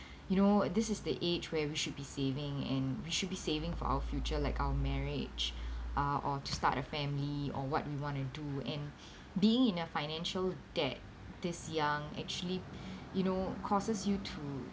you know this is the age where we should be saving and we should be saving for our future like our marriage uh or to start a family or what we wanted to do and being in a financial debt this young actually you know causes you to